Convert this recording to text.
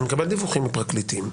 אני מקבל דיווחים מפרקליטים.